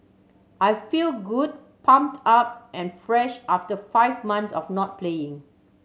I feel good pumped up and fresh after five months of not playing